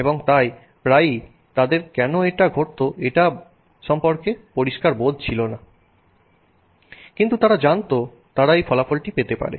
এবং তাই প্রায়ই তাদের কেন এটা ঘটতো এটার সম্পর্কে পরিষ্কার বোধ ছিল না কিন্তু তারা জানত তারা এই ফলাফলটি পেতে পারে